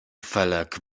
felek